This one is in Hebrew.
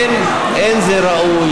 אין זה ראוי.